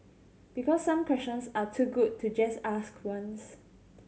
because some questions are too good to just ask once